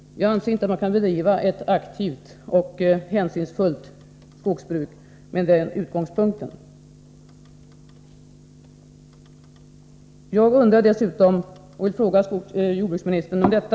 Jag anser inte att man kan bedriva ett aktivt och hänsynsfullt skogsbruk med den utgångspunkten. Jag ber att få återkomma.